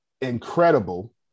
incredible